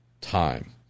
time